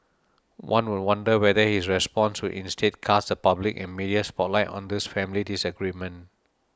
one would wonder whether his response would instead cast the public and media spotlight on this family disagreement